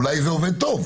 אולי זה עובד טוב.